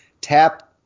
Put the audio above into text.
tap